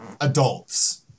adults